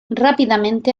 rápidamente